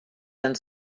and